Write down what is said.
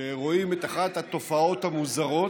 שרואים את אחת התופעות המוזרות,